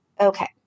Okay